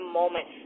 moment